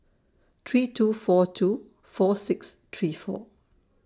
three two four two four six three four